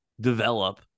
develop